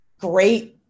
great